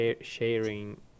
sharing